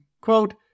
Quote